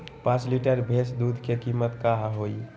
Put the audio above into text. पाँच लीटर भेस दूध के कीमत का होई?